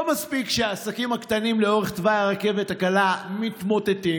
לא מספיק שהעסקים הקטנים לאורך תוואי הרכבת הקלה מתמוטטים,